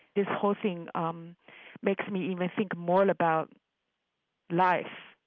this whole thing um makes me even think more about life,